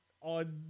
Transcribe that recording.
on